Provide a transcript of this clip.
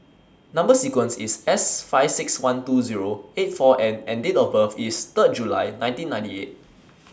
Number sequence IS S five six one two Zero eight four N and Date of birth IS Third July nineteen ninety eight